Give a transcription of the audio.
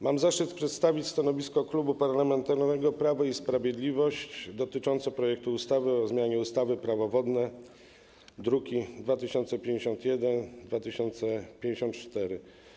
Mam zaszczyt przedstawić stanowisko Klubu Parlamentarnego Prawo i Sprawiedliwość dotyczące projektu ustawy o zmianie ustawy - Prawo wodne, druki nr 2051 i 2054.